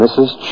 Mrs